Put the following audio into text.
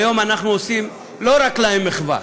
היום אנחנו עושים, לא רק להם, מחווה,